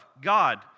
God